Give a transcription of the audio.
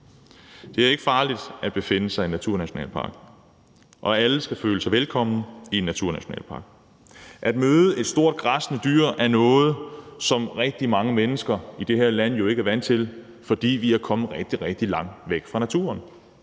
Det er ikke farligt at befinde sig i naturnationalparkerne, og alle skal føle sig velkomne i en naturnationalpark. At møde et stort græssende dyr er noget, som rigtig mange mennesker i det her land jo ikke er vant til, fordi vi er kommet rigtig, rigtig langt væk fra naturen.